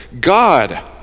God